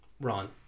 Ron